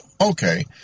okay